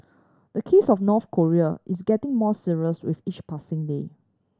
the case of North Korea is getting more serious with each passing day